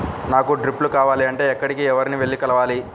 నాకు డ్రిప్లు కావాలి అంటే ఎక్కడికి, ఎవరిని వెళ్లి కలవాలి?